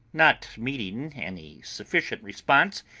not meeting any sufficient response,